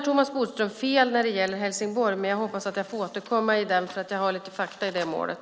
Thomas Bodström har fel när det gäller Helsingborg, och jag hoppas att jag får återkomma till den frågan då jag har lite fakta i målet.